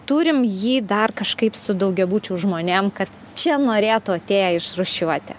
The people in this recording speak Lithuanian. turim jį dar kažkaip su daugiabučių žmonėm kad čia norėtų atėję išrūšiuoti